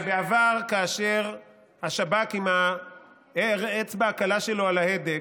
ובעבר, כאשר השב"כ, עם האצבע הקלה שלו על ההדק,